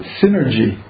synergy